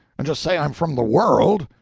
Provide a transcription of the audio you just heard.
and just say i'm from the world.